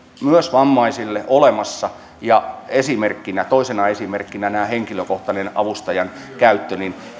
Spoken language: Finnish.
myös vammaisille ja toisena esimerkkinä tämä henkilökohtaisen avustajan käyttö